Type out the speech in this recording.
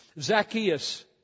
Zacchaeus